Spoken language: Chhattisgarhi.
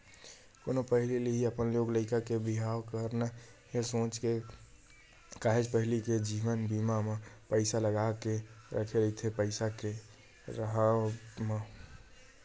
कोनो पहिली ले ही अपन लोग लइका के बिहाव करना हे सोच के काहेच पहिली ले जीवन बीमा म पइसा लगा के रखे रहिथे पइसा के राहब म